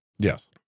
Yes